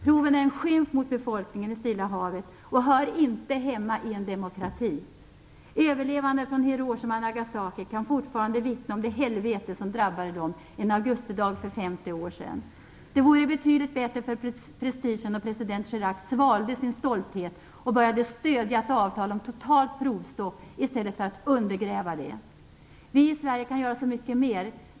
Proven är en skymf mot befolkningen i Stilla havet och hör inte hemma i en demokrati. Överlevande från Hiroshima och Nagasaki kan fortfarande vittna om det helvete som drabbade dem en augustidag för 50 år sedan. Det vore betydligt bättre för prestigen om president Chirac svalde sin stolthet och började stödja ett avtal om totalt provstopp i stället för att undergräva det. Vi i Sverige kan göra så mycket mer.